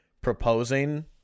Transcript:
proposing